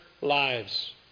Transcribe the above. lives